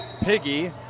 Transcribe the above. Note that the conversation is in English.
Piggy